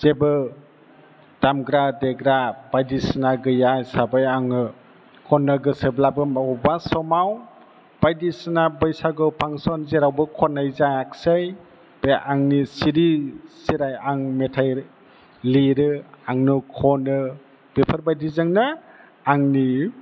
जेबो दामग्रा देग्रा बायदिसिना गैया हिसाबै आङो खन्नो गोसोब्लाबो बबेबा समाव बायदिसिना बैसागु फांसन जेरावबो खन्नाय जायाखिसै बे आंनि सिरि सिराय आं मेथाइ लिरो आंनो खनो बेफोर बायदिजोंनो आंनि